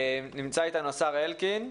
נמצא אתנו השר אלקין.